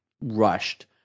rushed